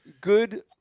good